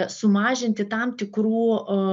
sumažinti tam tikrų